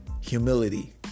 humility